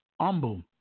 humble